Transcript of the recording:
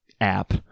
app